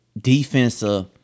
defensive